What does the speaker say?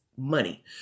money